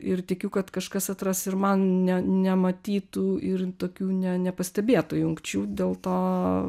ir tikiu kad kažkas atras ir man ne nematytų ir tokių ne nepastebėtų jungčių dėl to